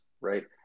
right